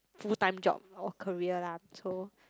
full time job or career lah so